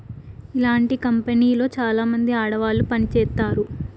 ఇలాంటి కంపెనీలో చాలామంది ఆడవాళ్లు పని చేత్తారు